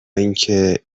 اینکه